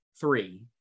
three